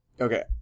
Okay